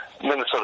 Minnesota